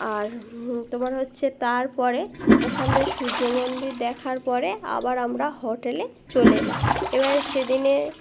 আর তোমার হচ্ছে তারপরে ওখানদের সূর্য মন্দির দেখার পরে আবার আমরা হোটেলে চল এলাম এবারে সেদিনে